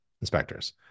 inspectors